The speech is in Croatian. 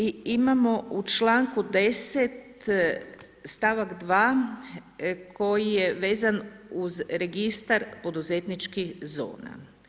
I imamo u čl.10. stavak 2 koji je vezan uz registar poduzetničkih zona.